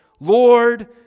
Lord